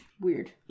Weird